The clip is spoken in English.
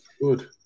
good